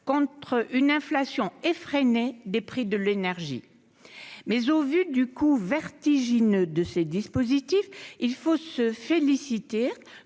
contre une hausse effrénée des prix de l'énergie. Néanmoins, au vu du coût vertigineux de ces dispositifs, il faut se féliciter